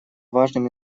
важным